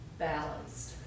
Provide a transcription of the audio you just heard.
balanced